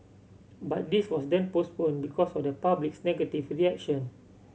but this was then postponed because of the public's negative reaction